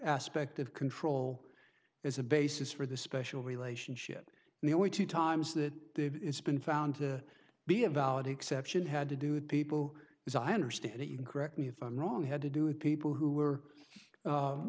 aspect of control as a basis for the special relationship and the only two times that it's been found to be a valid exception had to do with people as i understand it correct me if i'm wrong had to do with people who were